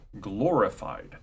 glorified